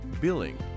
billing